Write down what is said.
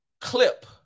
clip